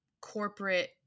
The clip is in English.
corporate